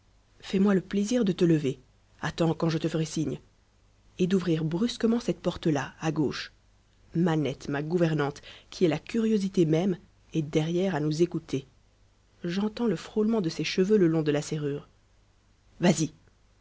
fais-moi le plaisir de te lever attends quand je te ferai signe et d'ouvrir brusquement cette porte là à gauche manette ma gouvernante qui est la curiosité même est derrière à nous écouter j'entends le frôlement de ses cheveux le long de la serrure vas-y